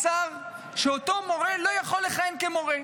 השר, שאותו מורה לא יכול לכהן כמורה.